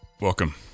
Welcome